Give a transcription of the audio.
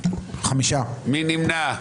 ארבעה בעד, חמישה נגד,